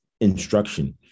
instruction